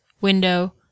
window